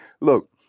look